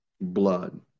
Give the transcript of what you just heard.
blood